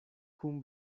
kun